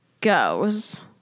goes